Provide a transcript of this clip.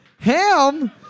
Ham